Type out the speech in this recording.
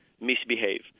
misbehave